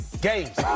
games